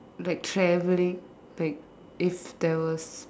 like traveling like if there was